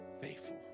faithful